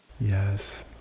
Yes